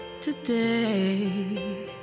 Today